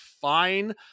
fine